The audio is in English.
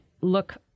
look